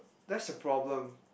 that's the problem